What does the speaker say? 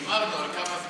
הימרנו על כמה זמן זה יהיה.